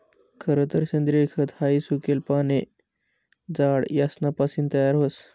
खरतर सेंद्रिय खत हाई सुकेल पाने, झाड यासना पासीन तयार व्हस